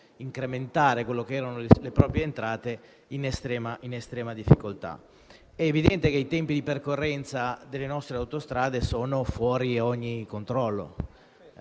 incrementare le proprie entrate in estrema difficoltà. È evidente che i tempi di percorrenza delle nostre autostrade siano fuori da ogni controllo.